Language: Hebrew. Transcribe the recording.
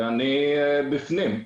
ואני בפנים.